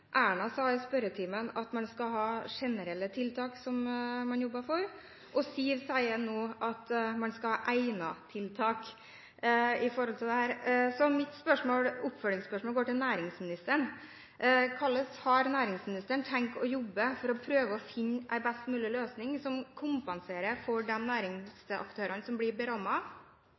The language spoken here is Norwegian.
Erna Solberg sa i spørretimen at man skal ha generelle tiltak, som man jobber for, og Siv Jensen sier nå at man skal ha egnede tiltak for dette. Mitt oppfølgingsspørsmål går til næringsministeren: Hvordan har næringsministeren tenkt å jobbe for å prøve å finne en best mulig løsning for de næringsaktørene som blir